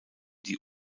die